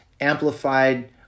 amplified